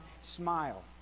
smile